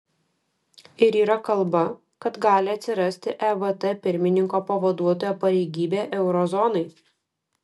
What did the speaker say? ir yra kalba kad gali atsirasti evt pirmininko pavaduotojo pareigybė euro zonai